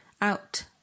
out